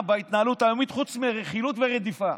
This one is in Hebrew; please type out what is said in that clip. בהתנהלות היומית חוץ מרכילות ורדיפה.